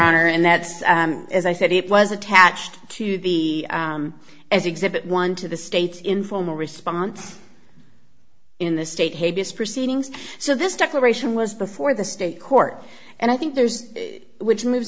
honor and that's as i said it was attached to the as exhibit one to the state's informal response in the state had these proceedings so this declaration was before the state court and i think there's which moves